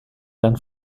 eren